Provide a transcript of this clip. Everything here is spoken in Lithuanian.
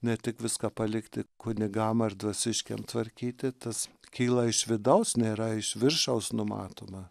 ne tik viską palikti kunigam ar dvasiškiam tvarkyti tas kyla iš vidaus nėra iš viršaus numatoma